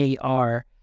AR